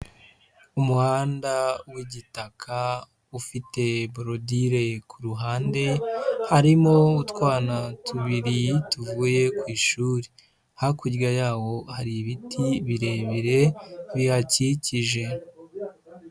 Umuhanda w'igitaka ufite borodire ku ruhande harimo utwana tubiri tuvuye ku ishuri, hakurya yawo hari ibiti birebire bihakikije.